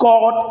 God